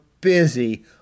busy